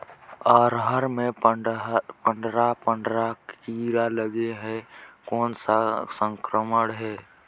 अरहर मे पंडरा पंडरा कीरा लगे हे कौन सा संक्रमण हे?